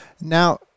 now